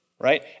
Right